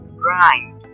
grind